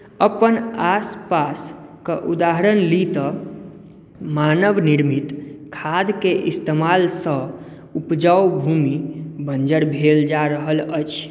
अपन आसपासके उदाहरण ली तऽ मानव निर्मित खादके इस्तेमालसँ उपजाउ भूमि बञ्जर भेल जा रहल अछि